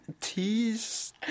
tease